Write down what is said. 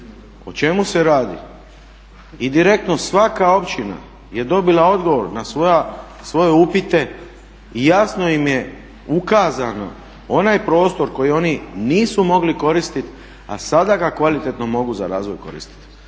o čemu se radi i direktno svaka općina je dobila odgovor na svoje upite i jasno im je ukazano, onaj prostor koji oni nisu mogli koristit, a sada ga kvalitetno mogu za razvoj koristit.